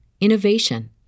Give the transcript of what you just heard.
innovation